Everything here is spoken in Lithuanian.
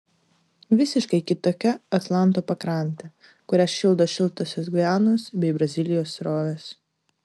visiškai kitokia atlanto pakrantė kurią šildo šiltosios gvianos bei brazilijos srovės